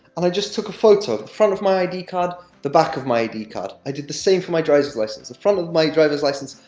and i just took a photo of the front of my id card, the back of my id card. i did the same for my driver's license the front of my driver's license,